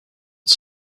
its